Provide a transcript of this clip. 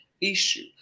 issue